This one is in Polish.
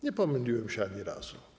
Nie pomyliłem się ani razu.